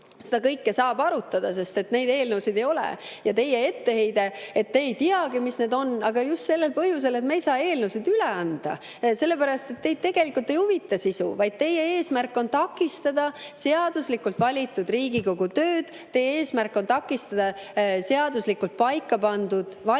seda kõike saab arutada, sest neid eelnõusid ei ole. Teil on etteheide, et te ei teagi, mis need on. Aga just sellel põhjusel, et me ei saa eelnõusid üle anda, sellepärast et teid tegelikult ei huvita sisu, vaid teie eesmärk on takistada seaduslikult valitud Riigikogu tööd. Teie eesmärk on takistada seaduslikult paika pandud valitsuse